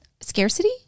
scarcity